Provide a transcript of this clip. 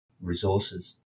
resources